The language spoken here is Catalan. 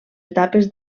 etapes